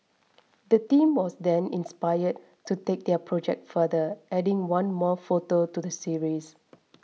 the team was then inspired to take their project further adding one more photo to the series